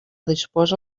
disposa